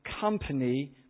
company